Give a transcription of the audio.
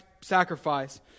sacrifice